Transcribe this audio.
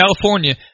California